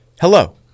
Hello